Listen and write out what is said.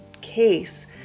case